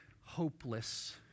hopeless